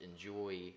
enjoy